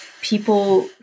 people